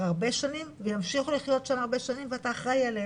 הרבה שנים וימשיכו לחיות שמה הרבה שנים ואתה אחראי עליהם.